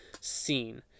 scene